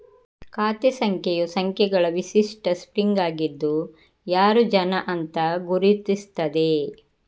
ಖಾತೆ ಸಂಖ್ಯೆಯು ಸಂಖ್ಯೆಗಳ ವಿಶಿಷ್ಟ ಸ್ಟ್ರಿಂಗ್ ಆಗಿದ್ದು ಯಾರು ಜನ ಅಂತ ಗುರುತಿಸ್ತದೆ